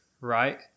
right